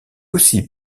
aussi